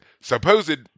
supposed